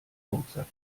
rucksack